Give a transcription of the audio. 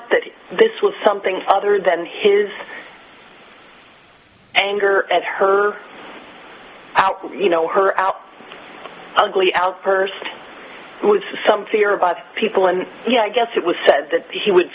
that this was something other than his anger at her you know her out ugly outburst with some fear of other people and yeah i guess it was said that he would